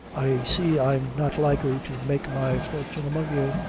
i see i'm not likely to make my fortune among you,